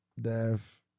Death